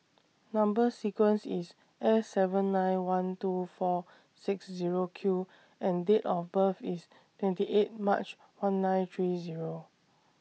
Number sequence IS S seven nine one two four six Zero Q and Date of birth IS twenty eight March one nine three Zero